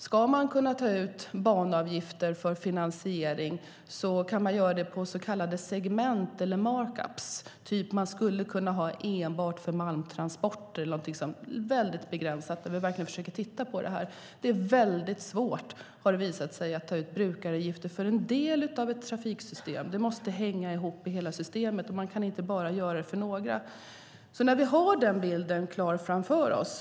Ska man ta ut banavgifter för finansiering kan man göra det på så kallade segment eller mark-ups. Man skulle till exempel kunna ha det enbart för malmtransporter eller någonting som är väldigt begränsat, där vi verkligen försöker titta på det här. Det är väldigt svårt, har det visat sig, att ta ut brukaravgifter för en del av ett trafiksystem. Det måste hänga ihop i hela systemet. Man kan inte bara göra det för några. Nu har vi den bilden klar framför oss.